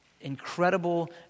incredible